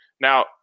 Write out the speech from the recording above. Now